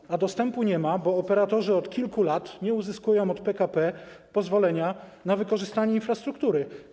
Nie ma dostępu, bo operatorzy od kilku lat nie uzyskują od PKP pozwolenia na wykorzystanie infrastruktury.